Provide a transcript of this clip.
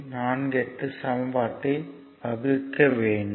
48 சமன்பாட்டைப் வகுக்க வேண்டும்